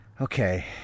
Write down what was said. Okay